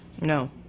No